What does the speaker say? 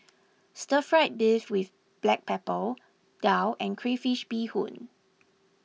Stir Fried Beef with Black Pepper Daal and Crayfish BeeHoon